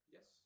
Yes